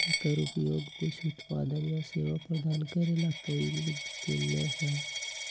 जेकर उपयोग कुछ उत्पादन या सेवा प्रदान करे ला कइल गयले है